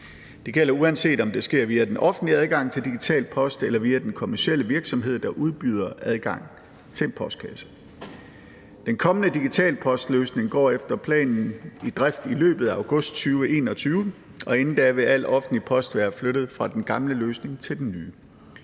Det gælder, uanset om det sker via den offentlige adgang til digital post eller via den kommercielle virksomhed, der udbyder adgang til en postkasse. Den kommende digitale postløsning går efter planen i drift i løbet af august 2021, og inden da vil al offentlig post være flyttet fra den gamle løsning til den nye.